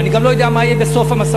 ואני גם לא יודע מה יהיה בסוף המשא-ומתן,